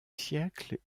siècle